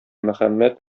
мөхәммәд